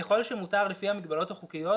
ככל שמותר לפי המגבלות החוקיות,